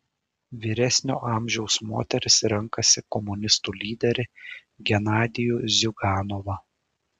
vyresnio amžiaus moterys renkasi komunistų lyderį genadijų ziuganovą